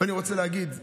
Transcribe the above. אני רוצה להגיד,